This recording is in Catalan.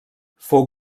fou